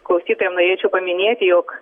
klausytojam norėčiau paminėti jog